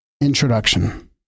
Introduction